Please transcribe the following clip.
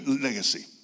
legacy